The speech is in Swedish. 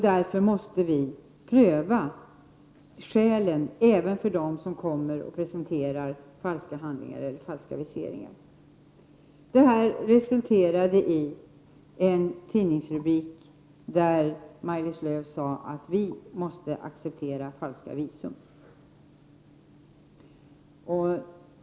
Därför måste vi pröva skälen även för dem som kommer och presenterar falska handlingar. Det här resulterade i en tidningsrubrik där det hette att Maj-Lis Lööw sade att vi måste acceptera falska visum.